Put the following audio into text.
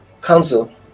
Council